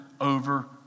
over